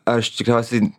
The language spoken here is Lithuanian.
aš tikriausiai